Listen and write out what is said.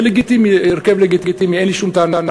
זה הרכב לגיטימי, אין לי שום טענה.